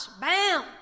Bam